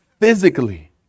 Physically